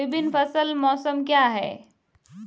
विभिन्न फसल मौसम क्या हैं?